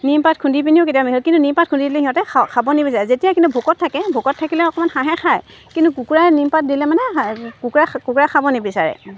নিমপাত খুন্দি পিনিও কেতিয়াবা কিন্তু নিমপাত খুন্দি দিলে সিহঁতে খা খাব নিবিচাৰে যেতিয়া কিন্তু ভোকত থাকে ভোকত থাকিলে অকণমান হাঁহে খায় কিন্তু কুকুৰাই নিমপাত দিলে মানে হাঁ কুকুৰাই খা কুকুৰাই খাব নিবিচাৰে